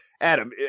Adam